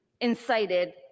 incited